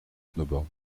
snowboard